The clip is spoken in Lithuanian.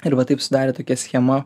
ir va taip sudarė tokia schema